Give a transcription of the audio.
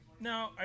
No